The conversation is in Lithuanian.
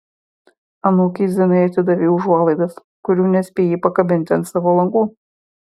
anūkei zinai atidavei užuolaidas kurių nespėjai pakabinti ant savo langų